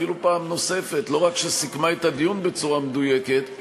אפילו פעם נוספת: לא רק שסיכמה את הדיון בצורה מדויקת,